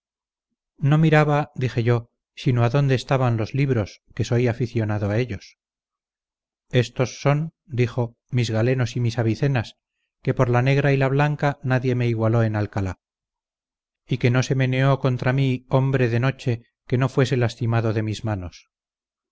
no miraba dije yo sino a donde estaban los libros que soy aficionado a ellos estos son dijo mis galenos y mis avicenas que por la negra y la blanca nadie me igualó en alcalá y que no se meneó contra mí hombre de noche que no fuese lastimado de mis manos